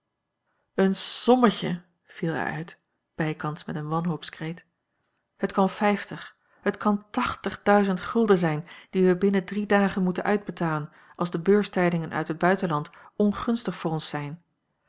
een sommetje viel hij uit bijkans met een wanhoopskreet het kan vijftig het kan tachtigduizend gulden zijn die wij binnen drie aagen moeten uitbetalen als de beurstijdingen uit het buitenland ongunstig voor ons zijn